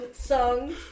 songs